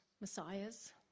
messiahs